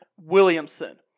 Williamson